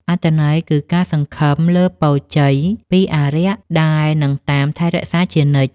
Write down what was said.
អត្ថន័យគឺការសង្ឃឹមលើពរជ័យពីអារក្សដែលនឹងតាមថែរក្សាជានិច្ច។